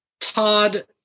Todd